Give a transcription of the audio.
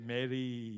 Mary